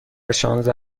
شانزده